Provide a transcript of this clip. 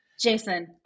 Jason